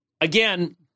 again